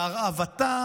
להרעבתה,